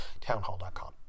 townhall.com